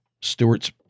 Stewart's